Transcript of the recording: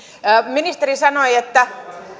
ministeri sanoi että